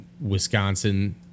Wisconsin